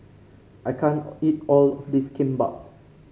I can't eat all of this Kimbap